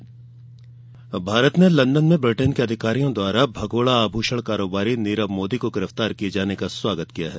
नीरव मोदी गिरफतार भारत ने लंदन में ब्रिटेन के अधिकारियों द्वारा भगोड़ा आभूषण कारोबारी नीरव मोदी को गिरफ्तार किए जाने का स्वागत किया है